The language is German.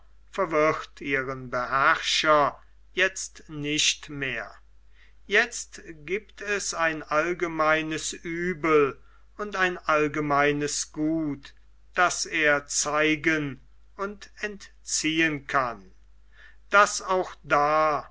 verwirrt ihren beherrscher jetzt nicht mehr jetzt gibt es ein allgemeines uebel und ein allgemeines gut das er zeigen und entziehen kann das auch da